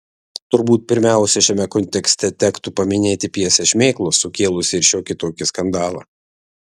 turbūt pirmiausia šiame kontekste tektų paminėti pjesę šmėklos sukėlusią ir šiokį tokį skandalą